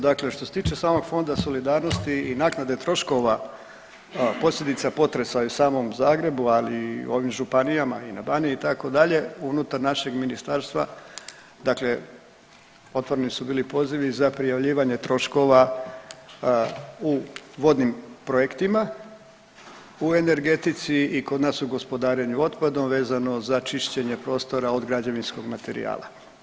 Dakle što se tiče samog fonda solidarnosti i naknade troškova posljedica potresa i u samom Zagrebu, ali i ovim županijama i na Baniji, itd., unutar našeg Ministarstvo dakle otvoreni su bili pozivi za prijavljivanje troškova u vodnim projektima, u energetici i kod nas u gospodarenju otpadom vezano za čišćenje prostora od građevinskog materijala.